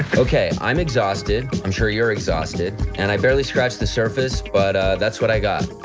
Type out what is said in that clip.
okay, i'm exhausted, i'm sure you're exhausted and i barely scratched the surface but that's what i got.